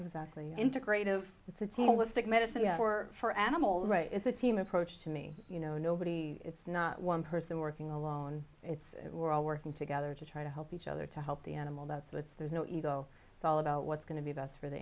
exactly integrative it's a tool let's take medicine for for animals is a team approach to me you know nobody it's not one person working alone it's we're all working together to try to help each other to help the animal that's that's there's no ego it's all about what's going to be best for the